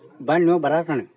ಬಣ್ಣೊ ಬರಾ ಕಾಣೆ